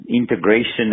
Integration